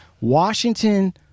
washington